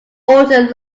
orton